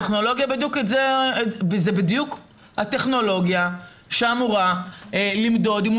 זו בדיוק הטכנולוגיה שאמורה למדוד אם הוא